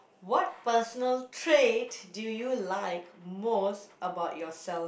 what personal trait do you like most about yourself